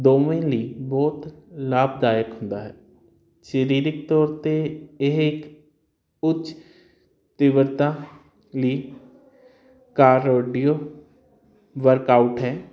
ਦੋਵੇਂ ਲਈ ਬਹੁਤ ਲਾਭਦਾਇਕ ਹੁੰਦਾ ਹੈ ਸਰੀਰਕ ਤੌਰ ਤੇ ਇਹ ਇਕ ਉੱਚ ਤੀਬਰਤਾ ਲਈ ਕਾਰੋਡੀਓ ਵਰਕਆਊਟ ਹੈ